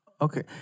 Okay